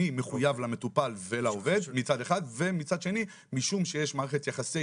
אני מחויב למטופל ולעובד מצד אחד ומצד שני משום שיש מערכת יחסי